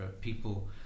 people